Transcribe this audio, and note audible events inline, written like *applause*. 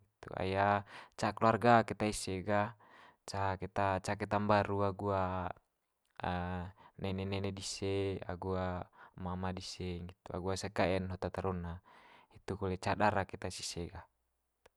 Nggitu, ai *hesitation* keluarga keta ise ga ca keta ca keta mbaru agu *hesitation* *hesitation* nene dise agu *hesitation* mama dise nggitu agu ase kae'n hot ata rona. Hitu kole ca dara keta's ise ga.